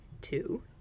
two